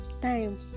time